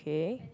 okay